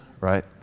right